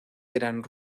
eran